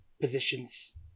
positions